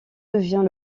devient